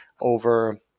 over